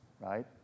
right